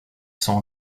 sont